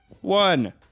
one